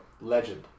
legend